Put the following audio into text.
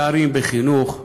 פערים בחינוך,